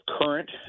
current